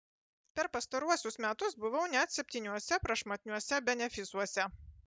per pastaruosius metus buvau net septyniuose prašmatniuose benefisuose